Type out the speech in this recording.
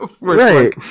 Right